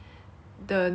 I forgot which date